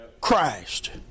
Christ